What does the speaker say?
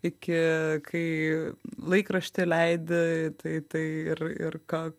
iki kai laikraštį leidi tai tai ir ir ką